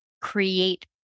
create